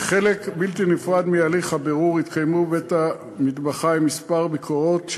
כחלק בלתי נפרד מהליך הבירור התקיימו בבית-המטבחיים כמה ביקורות,